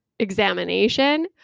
examination